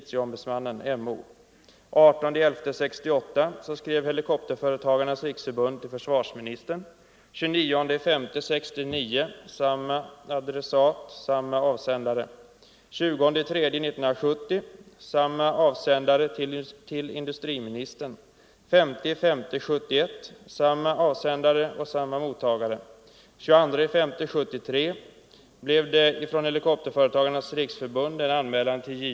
Den 18 november 1968 skrev Helikopterföretagens riksförbund till försvarsministern. Den 22 maj 1973 gjorde Helikopterföretagens riksförbund en anmälan till JO.